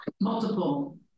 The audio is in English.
multiple